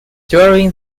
during